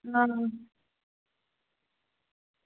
हां